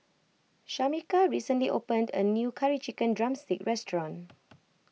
Shameka recently opened a new Curry Chicken Drumstick restaurant